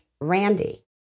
Randy